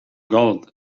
gold